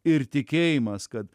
ir tikėjimas kad